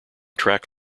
track